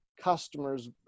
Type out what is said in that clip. customers